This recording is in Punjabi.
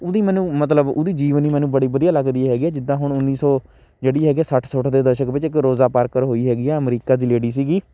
ਉਹਦੀ ਮੈਨੂੰ ਮਤਲਬ ਉਹਦੀ ਜੀਵਨੀ ਮੈਨੂੰ ਬੜੀ ਵਧੀਆ ਲੱਗਦੀ ਹੈਗੀ ਜਿੱਦਾਂ ਹੁਣ ਉੱਨੀ ਸੌ ਜਿਹੜੀ ਹੈ ਸੱਠ ਸੁੱਠ ਦੇ ਦਸ਼ਕ ਵਿੱਚ ਇੱਕ ਰੋਜ਼ਾ ਪਾਰਕਰ ਹੋਈ ਹੈਗੀ ਹੈ ਅਮਰੀਕਾ ਦੀ ਲੇਡੀ ਸੀਗੀ